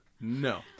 No